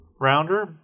rounder